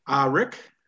Rick